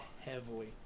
heavily